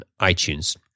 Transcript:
iTunes